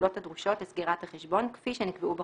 הפעולות הדרושות לסגירת החשבון כפי שנקבעו בחוזה,